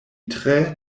tre